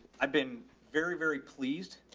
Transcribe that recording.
i've been very, very pleased.